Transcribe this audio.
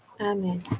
amen